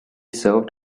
served